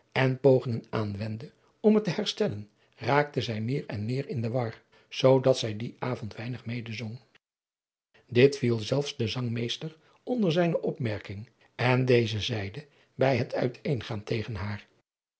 en pogingen aanwendde om het te herstellen raakte zij meer en meer in de war zoodat zij dien avond weinig mede zong dit viel zelfs den zangmeester onder zijne opmerking en deze zeide bij het uitééngaan tegen haar